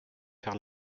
faire